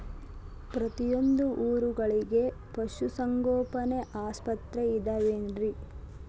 ಪ್ರತಿಯೊಂದು ಊರೊಳಗೆ ಪಶುಸಂಗೋಪನೆ ಆಸ್ಪತ್ರೆ ಅದವೇನ್ರಿ?